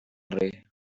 ray